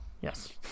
Yes